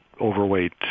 overweight